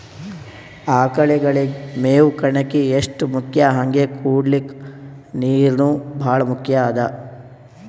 ಆಕಳಗಳಿಗ್ ಮೇವ್ ಕಣಕಿ ಎಷ್ಟ್ ಮುಖ್ಯ ಹಂಗೆ ಕುಡ್ಲಿಕ್ ನೀರ್ನೂ ಭಾಳ್ ಮುಖ್ಯ ಅದಾ